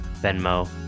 Venmo